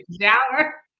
shower